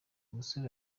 musore